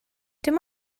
dim